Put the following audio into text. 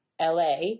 LA